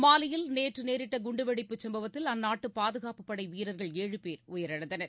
மாலியில் நேற்று நேரிட்ட குண்டுவெடிப்பு சும்பவத்தில் அந்நாட்டு பாதுகாப்புப் படை வீரர்கள் ஏழு பேர் உயிரிழந்தனர்